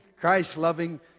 Christ-loving